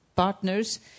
Partners